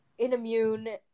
inimmune